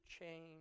change